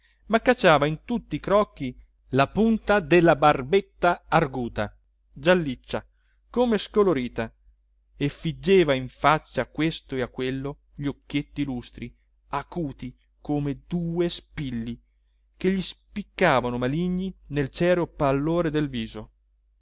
ma cacciava in tutti i crocchi la punta della barbetta arguta gialliccia come scolorita e figgeva in faccia a questo e a quello gli occhietti lustri acuti come due spilli che gli spiccavano maligni nel cereo pallore del viso